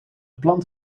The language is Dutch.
plant